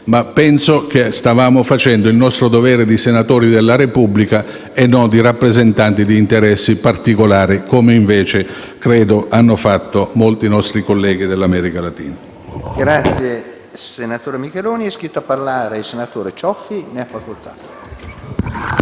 ma penso che stavamo facendo il nostro dovere di senatori della Repubblica e non di rappresentanti di interessi particolari, come invece credo abbiano fatto molti nostri colleghi dell'America Latina. PRESIDENTE. È iscritto a parlare il senatore Cioffi. Ne ha facoltà.